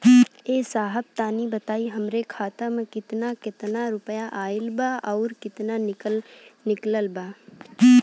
ए साहब तनि बताई हमरे खाता मे कितना केतना रुपया आईल बा अउर कितना निकलल बा?